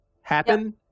happen